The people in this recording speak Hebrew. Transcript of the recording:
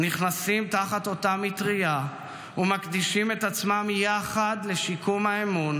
נכנסים תחת אותה מטרייה ומקדישים את עצמם יחד לשיקום האמון,